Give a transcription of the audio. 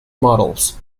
models